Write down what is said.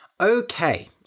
Okay